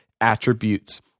attributes